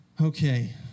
Okay